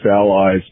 allies